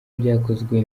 byakozwe